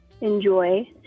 enjoy